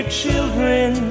children